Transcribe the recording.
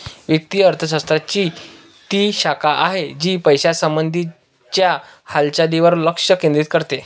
वित्त अर्थशास्त्र ची ती शाखा आहे, जी पैशासंबंधी च्या हालचालींवर लक्ष केंद्रित करते